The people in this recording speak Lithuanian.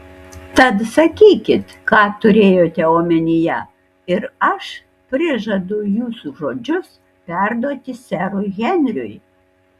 tad sakykit ką turėjote omenyje ir aš prižadu jūsų žodžius perduoti serui henriui